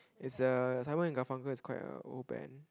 it's uh Simon and Garfunkel is quite a old band